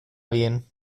bien